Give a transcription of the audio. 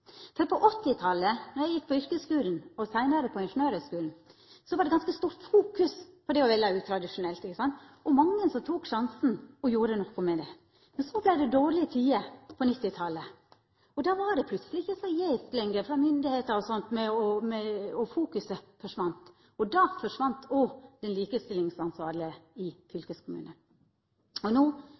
var imot. Men når det gjeld den kjønnsdelte arbeidsmarknaden, er eg usikker på kva slags fase me eigentleg er inne i. På 1980-talet, da eg gjekk på yrkesskulen og seinare på ingeniørhøgskulen, var det eit ganske stort fokus på det å velja utradisjonelt – og mange tok sjansen og gjorde det. Men så vart det dårlege tider på 1990-talet, og da var det plutseleg ikkje så gjævt lenger – frå myndigheitene – og fokuset på det forsvann. Da forsvann òg den likestillingsansvarlege i